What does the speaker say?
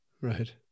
Right